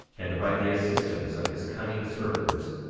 and by the assistance of his cunning servants,